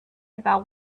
about